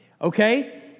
Okay